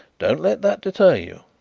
don't let that deter you.